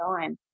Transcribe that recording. time